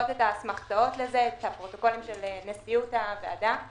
קלפיות בגלל הקורונה, שלא ידענו כמה יהיו,